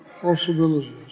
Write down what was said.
possibilities